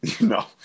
No